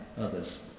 others